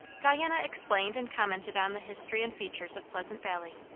diana explained and commented on the history and features of pleasant valley,